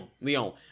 Leon